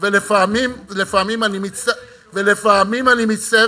ולפעמים אני מצטער